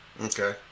okay